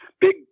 big